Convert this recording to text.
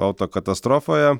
auto katastrofoje